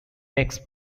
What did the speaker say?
makes